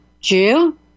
Jew